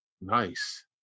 Nice